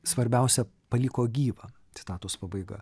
svarbiausia paliko gyvą citatos pabaiga